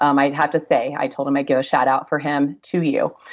um i'd have to say. i told him i'd give a shout out for him to you,